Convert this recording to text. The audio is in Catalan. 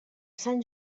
sant